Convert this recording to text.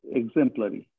exemplary